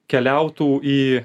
keliautų į